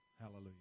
Hallelujah